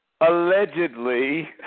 Allegedly